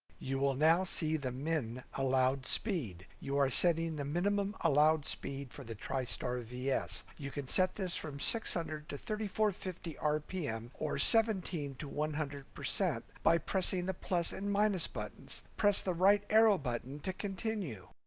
you will now see the min allowed speed. you're setting the minimum allowed speed for the tristar vs. you can set this from six hundred to thirty four fifty rpm or seventeen to one hundred percent by pressing the plus and minus buttons. press the right arrow button to continue.